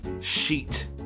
sheet